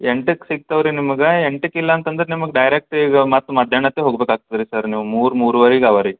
ಎಂಟಕ್ಕೆ ಸಿಕ್ತವೆ ರೀ ನಿಮಗೆ ಎಂಟಕ್ಕಿಲ್ಲ ಅಂತಂದ್ರೆ ನಿಮಗೆ ಡೈರೆಕ್ಟ್ ಈಗ ಮತ್ತೆ ಮಧ್ಯಾಹ್ನಕ್ಕೆ ಹೋಗ್ಬೇಕಾಗ್ತದೆ ರೀ ಸರ್ ನೀವು ಮೂರು ಮೂರೂವರೆಗ್ ಇವೆ ರೀ